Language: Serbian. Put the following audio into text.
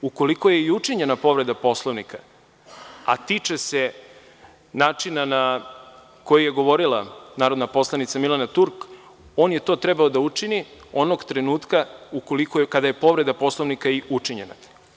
Ukoliko je i učinjena povreda Poslovnika, a tiče se načina na koji je govorila narodna poslanica Milena Turk on je to trebao da učini onog trenutka kada je povreda Poslovnika i učinjena.